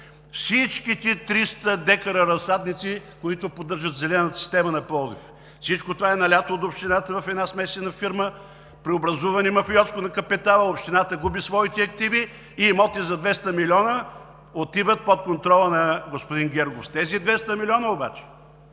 Всичките 300 декара разсадници, които поддържат зелената система на Пловдив! Всичко това е налято от общината в една смесена фирма, преобразувани мафиотски в капитал, общината губи своите активи и имоти за 200 милиона отиват под контрола на господин Гергов. С тези 200 милиона обаче